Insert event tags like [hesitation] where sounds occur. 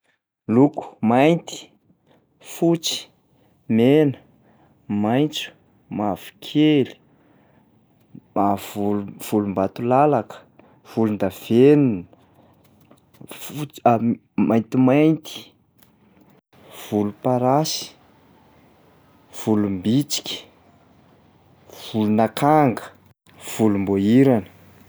Loko mainty, fotsy, mena, maitso, mavokely, mav- vol- volombatolalaka, volondavenona, fots- [hesitation] maintimainty, volomparasy, volombitsika, volonakanga, volomboahirana.